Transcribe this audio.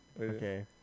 Okay